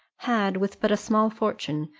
had, with but a small fortune,